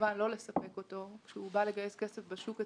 לספק אותו כשהוא בא לגייס כסף בשוק הציבורי,